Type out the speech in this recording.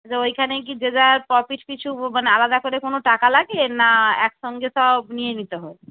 আচ্ছা ওইখানে কি যে যার প্রফিট পিছু মানে আলাদা করে কোনো টাকা লাগে না একসঙ্গে সব নিয়ে নিতে হয়